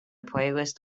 playlist